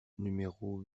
numéro